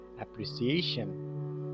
appreciation